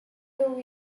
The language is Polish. był